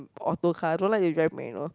auto car I don't like to drive manual